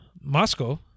moscow